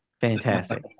Fantastic